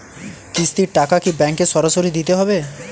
কিস্তির টাকা কি ব্যাঙ্কে সরাসরি দিতে হবে?